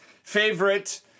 Favorite